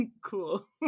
cool